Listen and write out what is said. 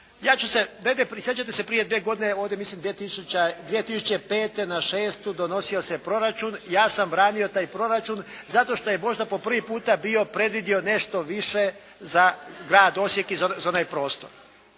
ja ću se gledajte, sjećate se prije dvije godine ovdje, mislim 2005. na 2006. donosio se proračun. Ja sam branio taj proračun zato što je možda po prvi puta bio predvidio nešto više za grad Osijek i za onaj prostor.